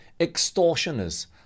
Extortioners